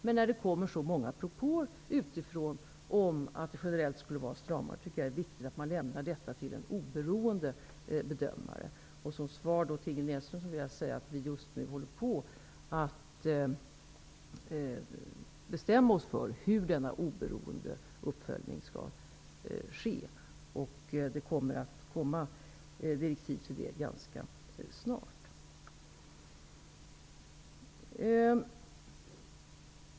Men när det kommer så många propåer utifrån om att det generellt skulle vara stramare är det viktigt att man lämnar detta till en oberoende bedömare. Som svar till Ingrid Näslund vill jag säga att vi just nu håller på att bestämma oss för hur denna oberoende uppföljning skall ske. Det kommer direktiv till det ganska snart.